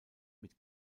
mit